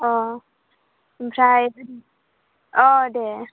अ ओमफ्राय अ दे